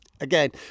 again